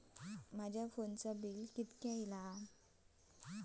माझ्या फोनचा बिल किती इला?